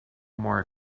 more